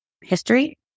history